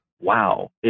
wow